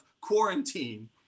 quarantine